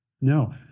No